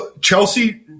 Chelsea